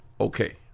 Okay